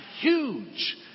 huge